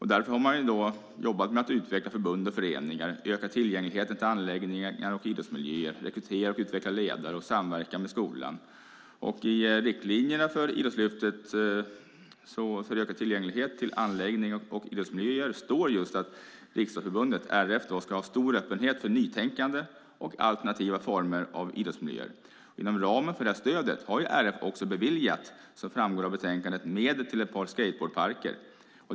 Därför har man arbetat med att utveckla förbund och föreningar, att öka tillgängligheten till anläggningar och idrottsmiljöer, att rekrytera och utveckla ledare och att samverka med skolan. I Idrottslyftets riktlinjer för ökad tillgänglighet till anläggningar och idrottsmiljöer står att Riksidrottsförbundet, RF, ska ha stor öppenhet för nytänkande och alternativa former av idrottsmiljöer. Inom ramen för detta stöd har RF, som framgår av betänkandet, beviljat medel till ett par skateboardparker.